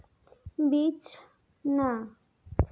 ᱵᱤᱪᱷᱱᱟ